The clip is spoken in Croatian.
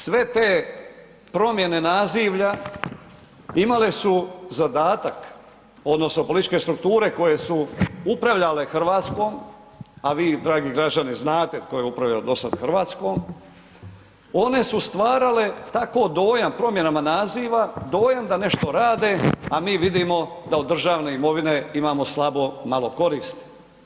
Sve te promjene nazivlja imale su zadatak odnosno političke strukture koje su upravljale Hrvatskom, a vi dragi građani znate tko je upravljao dosad Hrvatskom one su stvarale tako dojam promjenama naziva, dojam da nešto rade, a mi vidimo da od državne imovine imamo slabo, malo koristi.